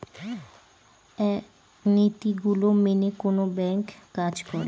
এক নীতি গুলো মেনে কোনো ব্যাঙ্ক কাজ করে